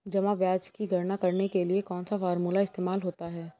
जमा ब्याज की गणना करने के लिए कौनसा फॉर्मूला इस्तेमाल होता है?